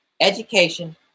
education